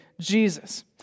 Jesus